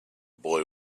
boy